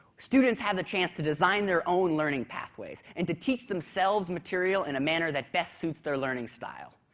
students have the chance to design their own learning pathways and to teach themselves material in a manner that best suits their learning style,